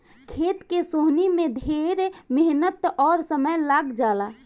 खेत के सोहनी में ढेर मेहनत अउर समय लाग जला